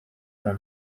und